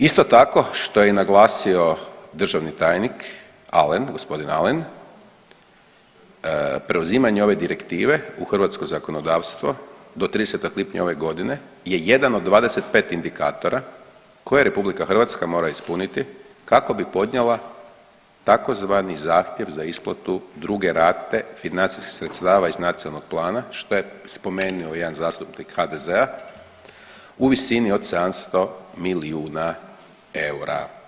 Isto tako, što je i naglasio državni tajnik, Alen, g. Alen, preuzimanje ove Direktive u hrvatsko zakonodavstvo do 30. lipnja ove godine je jedan od 25 indikatora koje RH mora ispuniti kako bi podnijela tzv. zahtjev za isplatu druge rate financijskih sredstava iz Nacionalnog plana, što je spomenuo jedan zastupnik HDZ-a u visini od 700 milijuna eura.